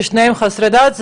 כששני בני הזוג חסרי דת,